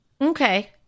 Okay